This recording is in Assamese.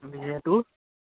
আমি তোৰ